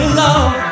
love